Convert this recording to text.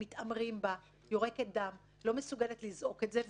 שמתעמרים בה ויורקת דם ולא מסוגלת לזעוק את זה.